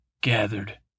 gathered